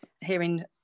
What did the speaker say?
hearing